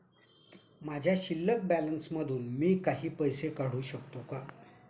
माझ्या शिल्लक बॅलन्स मधून मी काही पैसे काढू शकतो का?